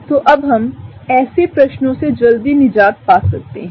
तो अब हम ऐसे प्रश्नों से जल्दी निजात पा सकते हैं